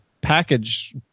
package